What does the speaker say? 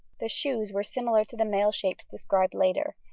the shoes were similar to the male shapes described later,